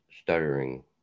stuttering